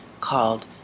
called